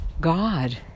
God